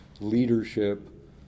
leadership